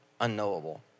unknowable